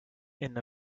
enne